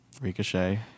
Ricochet